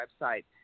website